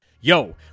Yo